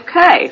Okay